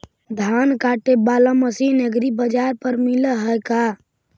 धान काटे बाला मशीन एग्रीबाजार पर मिल है का?